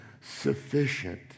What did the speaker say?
sufficient